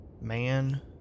man